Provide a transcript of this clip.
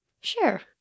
Sure